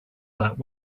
that